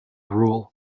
rule